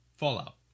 Fallout